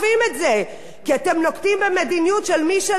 כי אתם נוקטים מדיניות של: מי שלא אתי, נגדי,